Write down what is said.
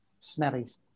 smellies